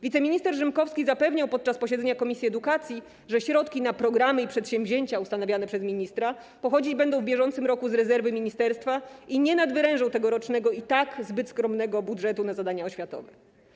Wiceminister Rzymkowski zapewniał podczas posiedzenia komisji edukacji, że środki na programy i przedsięwzięcia ustanawiane przez ministra pochodzić będą w bieżącym roku z rezerwy ministerstwa i nie nadwyrężą tegorocznego, i tak zbyt skromnego, budżetu na zadania oświatowe.